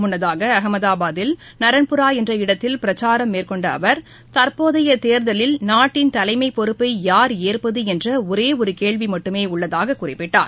முன்னதாகஅகமதாபாதில் நாரன்புரா என்ற இடத்தில் பிரச்சாரம் மேற்கொண்டஅவர் தற்போதையதேர்தலில் நாட்டின் தலைமைப் பொறுப்பையார் ஏற்பதுஎன்றஒரேஒருகேள்விமட்டுமேஉள்ளதாகக் குறிப்பிட்டார்